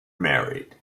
married